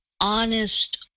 honest